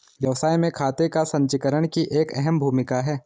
व्यवसाय में खाते का संचीकरण की एक अहम भूमिका है